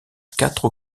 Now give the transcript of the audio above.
quatre